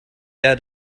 had